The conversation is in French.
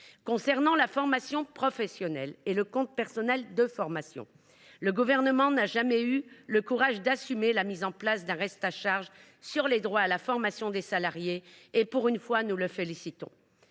concerne la formation professionnelle et le compte personnel de formation (CPF), le Gouvernement n’a jamais eu le courage d’assumer la mise en place d’un reste à charge sur les droits à la formation des salariés, et, pour une fois, nous le félicitons.